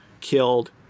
killed